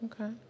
Okay